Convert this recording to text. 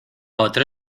otro